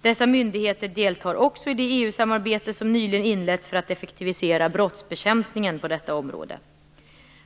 Dessa myndigheter deltar också i det EU-samarbete som nyligen inletts för att effektivisera brottsbekämpningen på detta område.